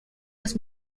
los